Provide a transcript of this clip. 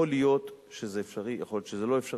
יכול להיות שזה אפשרי ויכול להיות שזה לא אפשרי.